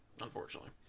Unfortunately